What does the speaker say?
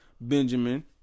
Benjamin